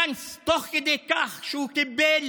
גנץ, תוך כדי כך שהוא קיבל